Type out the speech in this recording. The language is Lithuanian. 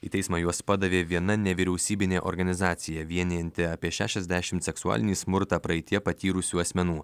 į teismą juos padavė viena nevyriausybinė organizacija vienijanti apie šešasdešimt seksualinį smurtą praeityje patyrusių asmenų